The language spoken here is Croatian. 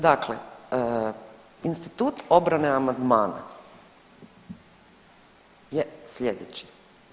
Dakle, institut obrane amandmana je slijedeći.